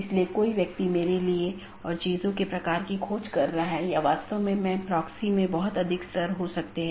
तो यह ऐसा नहीं है कि यह OSPF या RIP प्रकार के प्रोटोकॉल को प्रतिस्थापित करता है